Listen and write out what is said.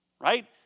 Right